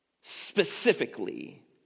specifically